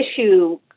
issue